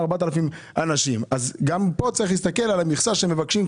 צריך להסתכל על המכסה,